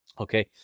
Okay